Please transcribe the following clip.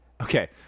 okay